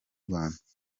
rwanda